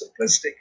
simplistic